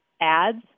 ads